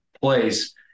place